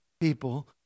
people